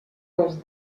les